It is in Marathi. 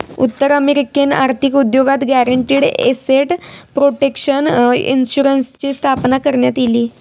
उत्तर अमेरिकन आर्थिक उद्योगात गॅरंटीड एसेट प्रोटेक्शन इन्शुरन्सची स्थापना करण्यात इली